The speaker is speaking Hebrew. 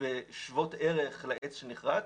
שוות ערך לעץ שנכרת.